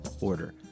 order